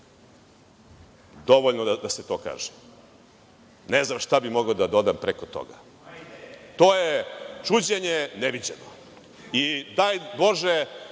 Dovoljno je da se to kaže. Ne znam šta bih mogao da dodam preko toga. To je čuđenje neviđeno. Daj Bože